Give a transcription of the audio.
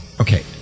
Okay